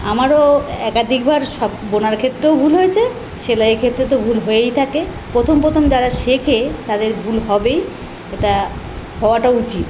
আমারও একাধিক বার সব বোনার ক্ষেত্রেও ভুল হয়েছে সেলাইয়ের ক্ষেত্রে তো ভুল হয়েই থাকে প্রথম প্রথম যারা শেখে তাদের ভুল হবেই এটা হওয়াটা উচিত